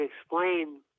explain